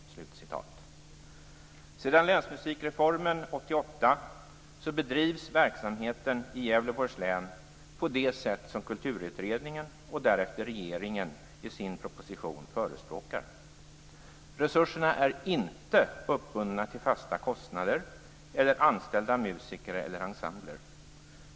Sedan länsmusikreformen genomfördes 1988 bedrivs verksamheten i Gävleborgs län på det sätt som Kulturutredningen och därefter regeringen i sin proposition förespråkar. Resurser är inte uppbundna till fasta kostnader eller anställda musiker eller ensembler.